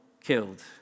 killed